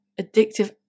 addictive